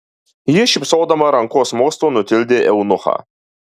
ji šypsodama rankos mostu nutildė eunuchą